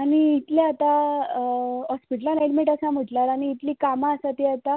आनी इतलें आतां हॉस्पिटलांत एडमीट आसा म्हणल्यार आनी इतलीं कामां आसा तीं आतां